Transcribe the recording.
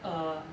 err